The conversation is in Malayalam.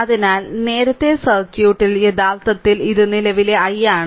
അതിനാൽ നേരത്തെ സർക്യൂട്ടിൽ യഥാർത്ഥത്തിൽ ഇത് നിലവിലെ i ആണ്